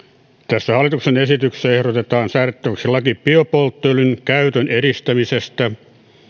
tässä hallituksen esityksessä ehdotetaan säädettäväksi laki biopolttoöljyn käytön edistämisestä